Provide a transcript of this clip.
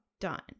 done